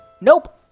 Nope